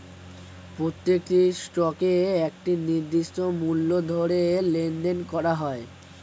প্রত্যেকটি স্টকের একটি নির্দিষ্ট মূল্য ধরে লেনদেন করা হয়